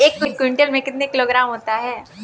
एक क्विंटल में कितने किलोग्राम होते हैं?